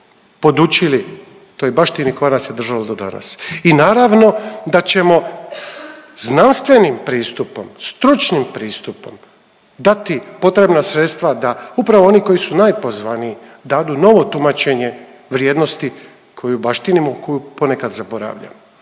poučili toj baštini koja nas je držala do danas. I naravno da ćemo znanstvenim pristupom, stručnim pristupom dati potrebna sredstva da upravo oni koji su najpozvaniji dadu novo tumačenje vrijednosti koju baštinimo koju ponekad zaboravljamo.